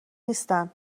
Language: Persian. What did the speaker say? نیستن